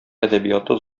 әдәбияты